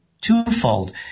twofold